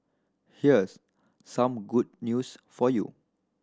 here's some good news for you